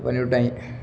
பண்ணிவிட்டாய்ங்க